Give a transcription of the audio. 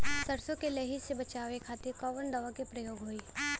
सरसो के लही से बचावे के खातिर कवन दवा के प्रयोग होई?